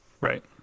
Right